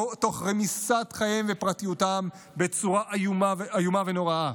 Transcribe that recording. תוך רמיסת חייהם ופרטיותם בצורה איומה ונוראה.